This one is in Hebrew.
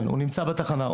הוא נמצא בתחנה.